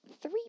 Three